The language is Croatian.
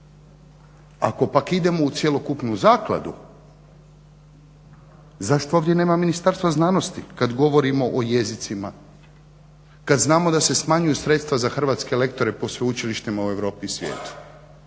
Ako pak idemo u cjelokupnu zakladu, zašto ovdje nema Ministarstva znanosti, kad govorimo o jezicima, kad znamo da se smanjuju sredstva za hrvatske lektore po sveučilištima u Europi i svijetu?